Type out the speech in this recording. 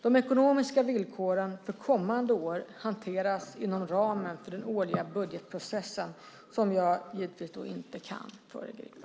De ekonomiska villkoren för kommande år hanteras inom ramen för den årliga budgetprocessen, som jag givetvis inte kan föregripa.